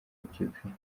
etiyopiya